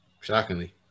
Shockingly